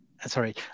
Sorry